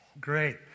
Great